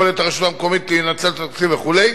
יכולת הרשות המקומית לנצל את התקציב וכו'